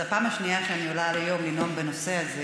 זו הפעם השנייה שאני עולה היום לנאום בנושא הזה,